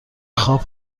خواب